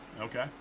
okay